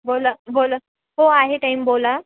बोला बोला हो आहे टाईम बोला